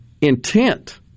intent